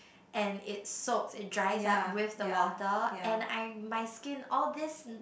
and it soaks it dries up with the water and I my skin all these